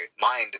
mind